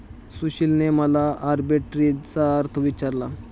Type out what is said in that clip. सुशीलने मला आर्बिट्रेजचा अर्थ विचारला